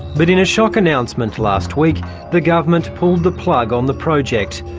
but in a shock announcement last week the government pulled the plug on the project.